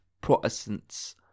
Protestants